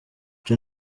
ico